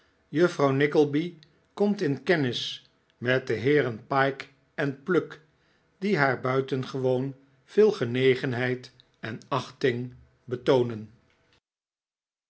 juffrouw nickleby komt in kennis met de heeren pyke en pluck die haar buitengewoon veel genegenheid en achting betoonen